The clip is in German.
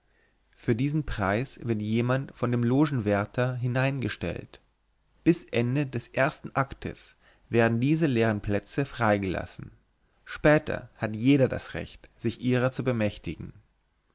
für diesen preis wird jemand von dem logenwärter hineingestellt bis ende des ersten aktes werden diese leeren plätze freigelassen später hat jeder das recht sich ihrer zu bemächtigten